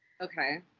Okay